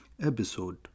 Episode